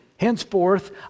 Henceforth